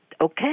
okay